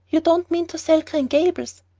you don't mean to sell green gables!